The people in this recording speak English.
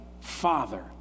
father